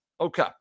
Okay